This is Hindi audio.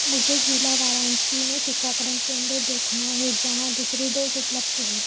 मुझे ज़िला वाराणसी में टीकाकरण केंद्र देखना है जहाँ दूसरी डोज़ उपलब्ध है